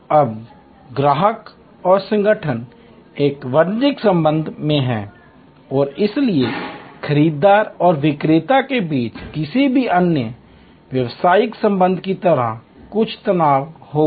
अब ग्राहक और संगठन एक वाणिज्यिक संबंध में हैं और इसलिए खरीदार और विक्रेता के बीच किसी भी अन्य व्यावसायिक संबंध की तरह कुछ तनाव होगा